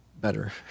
better